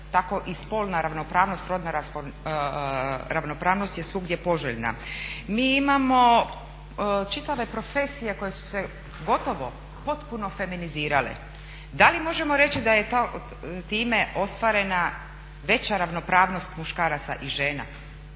tako i spolna ravnopravnost, rodna ravnopravnost je svugdje poželjna. Mi imamo čitave profesije koje su se gotovo potpuno feminizirale. Da li možemo reći da je time ostvarena veća ravnopravnost muškaraca i žena?